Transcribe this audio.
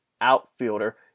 outfielder